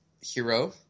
hero